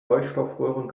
leuchtstoffröhren